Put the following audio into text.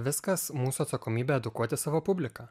viskas mūsų atsakomybė edukuoti savo publiką